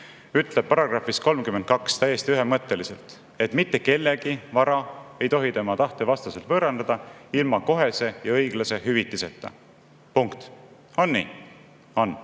ütleb §‑s 32 täiesti ühemõtteliselt, et mitte kellegi vara ei tohi tema tahte vastaselt võõrandada ilma kohese ja õiglase hüvitiseta. Punkt. On nii? On.